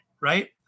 right